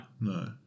No